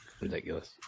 Ridiculous